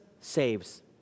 saves